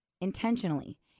intentionally